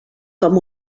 com